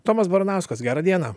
tomas baranauskas gera diena